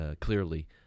clearly